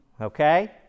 okay